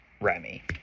Remy